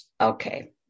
Okay